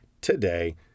today